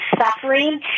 suffering